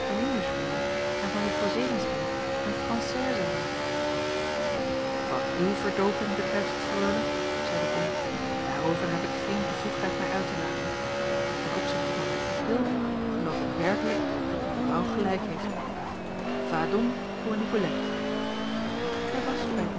en van juffrouw zevenster een française maken wat uwe verdooping betreft freule zeide bol daarover heb ik geen bevoegdheid mij uit te laten maar ten opzichte van mijn pupil geloof ik werkelijk dat mevrouw gelijk heeft va donc pour nicolette hij was bij